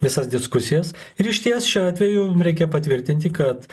visas diskusijas ir išties šiuo atveju reikia patvirtinti kad